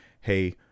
hey